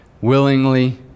willingly